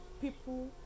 people